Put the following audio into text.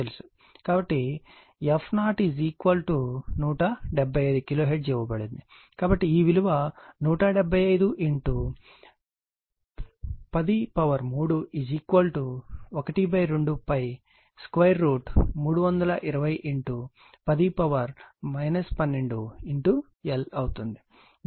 కాబట్టి ఈ విలువ 175 x 103 12 π 32010 12L అవుతుంది దీని నుండి L 2